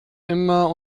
immer